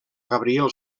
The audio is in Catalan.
gabriel